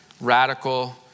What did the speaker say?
radical